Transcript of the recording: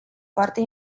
foarte